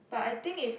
but I think if